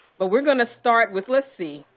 but we're going to start with let's see.